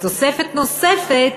ותוספת נוספת